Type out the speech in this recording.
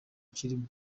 kirimo